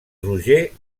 roger